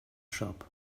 shop